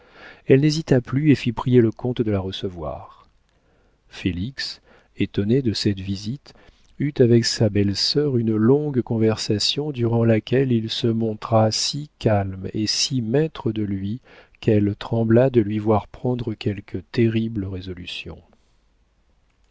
elle n'hésita plus et fit prier le comte de la recevoir félix étonné de cette visite eut avec sa belle-sœur une longue conversation durant laquelle il se montra si calme et si maître de lui qu'elle trembla de lui voir prendre quelque terrible résolution